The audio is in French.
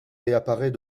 réapparaît